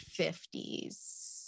50s